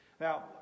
now